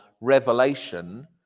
revelation